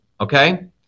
okay